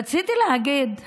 רציתי להגיד שחבל,